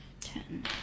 Ten